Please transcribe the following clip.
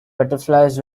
butterflies